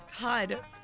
God